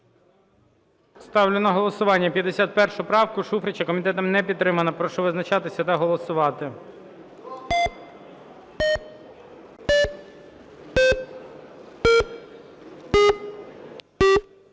Ставлю на голосування 51 правку Шуфрича. Комітетом не підтримана. Прошу визначатись та голосувати.